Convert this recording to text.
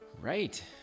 Right